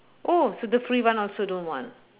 oh so the free one also don't want